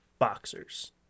Boxers